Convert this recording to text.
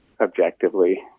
objectively